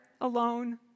alone